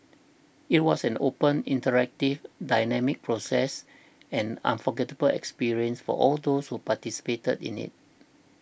it was an open interactive dynamic process an unforgettable experience for all those who participated in it